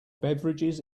beverages